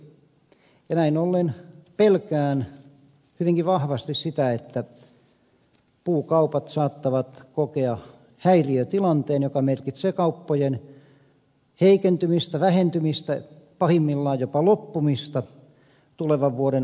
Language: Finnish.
näin ollen pelkään hyvinkin vahvasti sitä että puukaupat saattavat kokea häiriötilanteen joka merkitsee kauppojen heikentymistä vähentymistä pahimmillaan jopa loppumista tulevan vuoden alussa